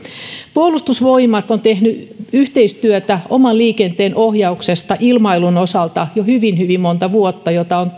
puolustusvoimat on tehnyt yhteistyötä oman liikenteen ohjauksesta ilmailun osalta jo hyvin hyvin monta vuotta ja sitä on